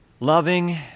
Loving